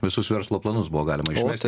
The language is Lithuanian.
visus verslo planus buvo galima išmesti